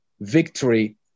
victory